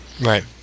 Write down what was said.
Right